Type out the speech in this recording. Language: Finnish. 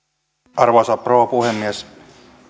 arvoisa rouva puhemies